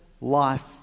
life